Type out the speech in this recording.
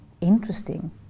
interesting